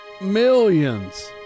Millions